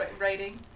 Writing